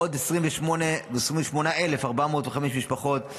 ועוד 28,405 משפחות,